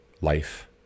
life